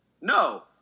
No